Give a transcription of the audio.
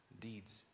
deeds